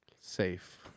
safe